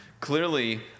Clearly